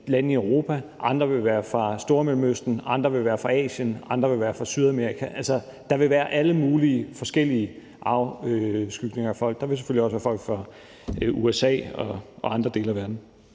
lande i Europa. Andre vil være fra Stormellemøsten. Andre vil være fra Asien. Andre vil være fra Sydamerika. Altså, der vil være alle mulige forskellige afskygninger af folk. Der vil selvfølgelig også være folk fra USA og andre dele af verden.